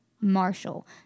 Marshall